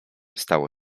stało